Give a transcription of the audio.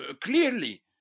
clearly